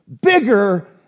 bigger